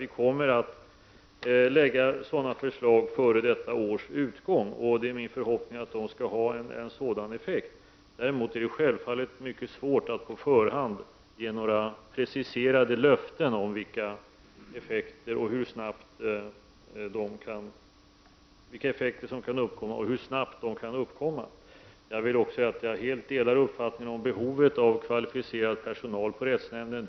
Vi kommer före detta års utgång att lägga fram förslag som jag hoppas skall ha en sådan effekt. Däremot är det självfallet mycket svårt att på förhand ge några preciserade löften om vilka effekter som kan åstadkommas och hur snabbt de kan åstadkommas. Jag vill också säga att jag helt delar Margit Gennsers uppfattning om behovet av kvalificerad personal på rättsnämnden.